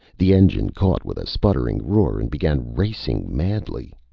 the engine caught with a spluttering roar and began racing madly.